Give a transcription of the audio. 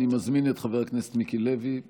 אני מזמין את חבר הכנסת מיקי לוי.